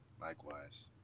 Likewise